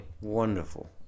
wonderful